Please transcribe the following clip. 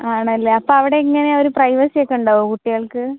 ആണല്ലേ അപ്പം അവിടെ എങ്ങനെയാണ് ഒരു പ്രൈവസി ഒക്കെ ഉണ്ടാവുമോ കുട്ടികൾക്ക്